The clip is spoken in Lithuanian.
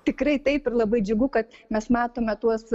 tikrai taip ir labai džiugu kad mes matome tuos